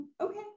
okay